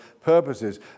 purposes